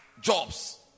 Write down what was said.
jobs